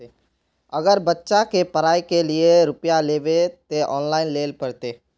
अगर बच्चा के पढ़ाई के लिये रुपया लेबे ते ऑनलाइन लेल पड़ते?